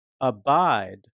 Abide